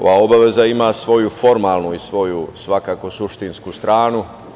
Ova obaveza ima svoju formalnu i svoju svakako suštinsku stranu.